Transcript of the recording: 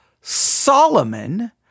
Solomon